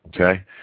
okay